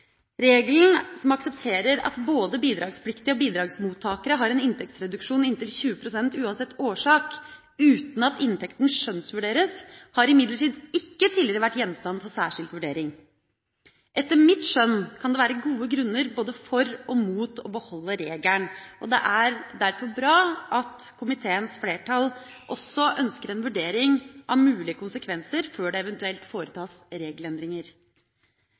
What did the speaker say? Regelen som aksepterer at både bidragspliktige og bidragsmottakere har en inntektsreduksjon på inntil 20 pst. uansett årsak, uten at inntekten skjønnsvurderes, har imidlertid ikke tidligere vært gjenstand for særskilt vurdering. Etter mitt skjønn kan det være gode grunner både for og mot å beholde regelen, og det er derfor bra at komiteens flertall også ønsker en vurdering av mulige konsekvenser før det eventuelt foretas regelendringer.